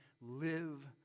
Live